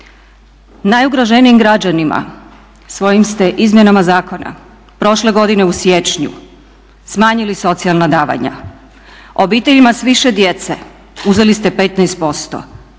Najugroženijim građanima svojim ste izmjenama zakona prošle godine u siječnju smanjili socijalna davanja. Obiteljima sa više djece uzeli ste 15%